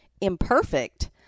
imperfect